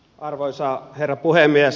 arvoisa herra puhemies